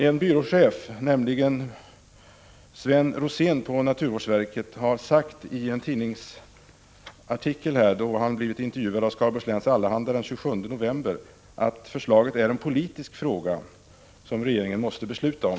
En byråchef, nämligen Sven Rosén på naturvårdsverket, säger i en intervju i Skaraborgs Läns Allehanda den 27 november, att förslaget är en politisk fråga som regeringen måste besluta om.